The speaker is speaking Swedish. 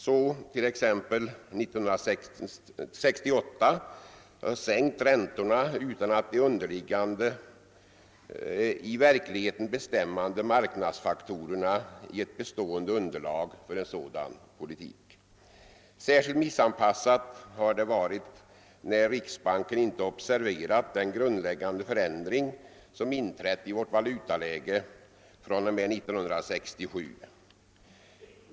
1968 sänktes räntorna utan att de underliggande, i verkligheten bestämmande marknadsfaktorerna givit bestående underlag för en sådan politik. Särskilt missanpassat har detta varit när riksbanken inte observerat den grundläggande förändring som inträtt i vårt valutaläge från 1967.